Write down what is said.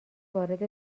وارد